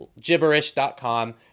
gibberish.com